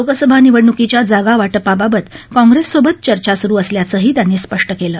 लोकसभा निवडण्कीच्या जागावाटपाबाबत काँप्रेससोबत चर्चा सुरू असल्याचहीीत्यातीीस्पष्ट केलं